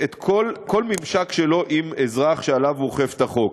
כל ממשק שלו עם אזרח שעליו הוא אוכף את החוק.